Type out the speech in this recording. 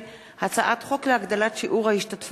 הצעת חוק יום העצמאות (תיקון,